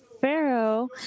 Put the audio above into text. Pharaoh